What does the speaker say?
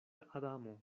adamo